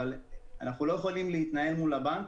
אבל אנחנו לא יכולים להתנהל מול הבנק